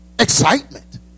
excitement